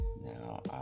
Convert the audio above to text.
Now